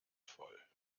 voll